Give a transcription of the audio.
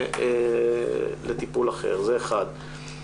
הדבר השני.